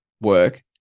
work